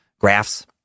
graphs